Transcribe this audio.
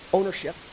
ownership